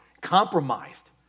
compromised